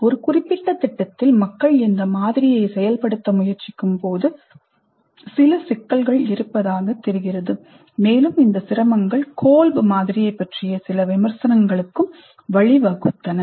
ஒரு குறிப்பிட்ட திட்டத்தில் மக்கள் இந்த மாதிரியை செயல்படுத்த முயற்சிக்கும்போது சில சிக்கல்கள் இருப்பதாகத் தெரிகிறது மேலும் இந்த சிரமங்கள் Kolb மாதிரியைப் பற்றிய சில விமர்சனங்களுக்கும் வழிவகுத்தன